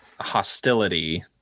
hostility